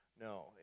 No